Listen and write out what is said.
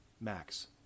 max